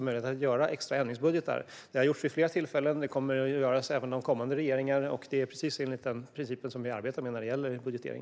Det har gjorts vid flera tillfällen och kommer att göras även av kommande regeringar, och det är precis enligt den princip som vi arbetar med när det gäller budgetering.